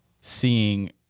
seeing